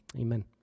amen